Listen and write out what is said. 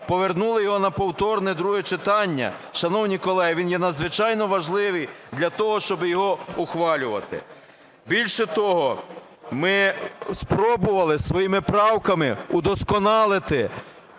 повернули його на повторне друге читання. Шановні колеги, він є надзвичайно важливий для того, щоби його ухвалювати. Більше того, ми спробували своїми правками удосконалити